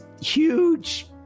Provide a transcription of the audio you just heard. huge